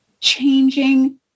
changing